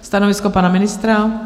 Stanovisko pana ministra?